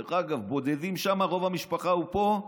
דרך אגב, בודדים שם, רוב המשפחה פה.